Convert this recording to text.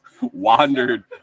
wandered